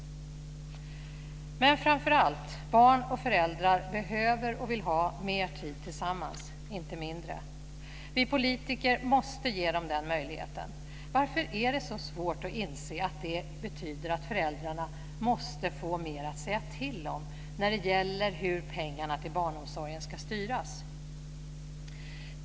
Men framför allt: Barn och föräldrar behöver och vill ha mer tid tillsammans - inte mindre. Vi politiker måste ge dem den möjligheten. Varför är det så svårt att inse att det betyder att föräldrarna måste få mer att säga till om när det gäller hur pengarna till barnomsorgen ska styras?